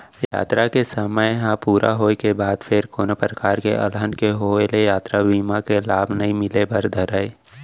यातरा के समे ह पूरा होय के बाद फेर कोनो परकार ले अलहन के होय ले यातरा बीमा के लाभ नइ मिले बर धरय